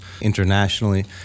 internationally